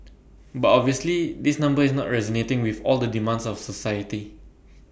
but obviously this number is not resonating with all the demands of society